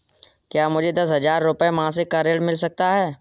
क्या मुझे दस हजार रुपये मासिक का ऋण मिल सकता है?